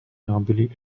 nobili